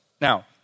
Now